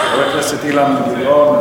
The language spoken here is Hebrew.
חבר הכנסת אילן גילאון,